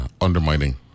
undermining